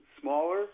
smaller